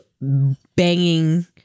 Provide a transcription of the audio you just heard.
banging